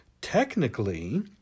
technically